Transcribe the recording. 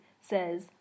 says